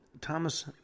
Thomas